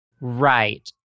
Right